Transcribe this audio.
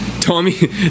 Tommy